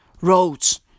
roads